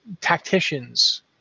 tacticians